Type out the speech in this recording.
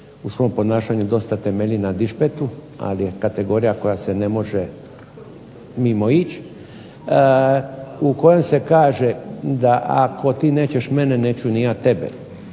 u svom ponašanju dosta temelji na dišpetu, ali je kategorija koja se ne može mimoići u kojem se kaže da ako ti nećeš mene neću ni ja tebe.